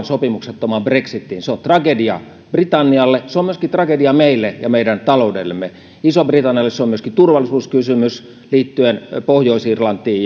sopimuksettomaan brexitiin se on tragedia britannialle se on myöskin tragedia meille ja meidän taloudellemme isolle britannialle se on myöskin turvallisuuskysymys liittyen pohjois irlantiin